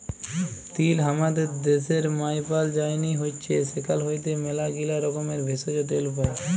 তিল হামাদের ড্যাশের মায়পাল যায়নি হৈচ্যে সেখাল হইতে ম্যালাগীলা রকমের ভেষজ, তেল পাই